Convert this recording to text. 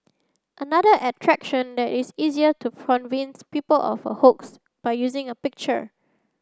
another attraction that is easier to convince people of a hoax by using a picture